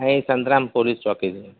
હ સંતરામપુર પોલીસ ચોકી છે